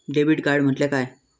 Debit card म्हटल्या काय?